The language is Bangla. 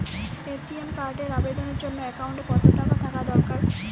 এ.টি.এম কার্ডের আবেদনের জন্য অ্যাকাউন্টে কতো টাকা থাকা দরকার?